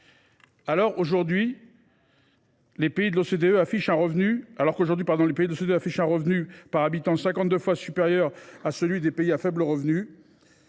Alors qu’aujourd’hui les pays de l’OCDE affichent un revenu par habitant cinquante deux fois supérieur à celui des pays à faible revenu,